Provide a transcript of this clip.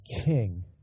king